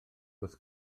wrth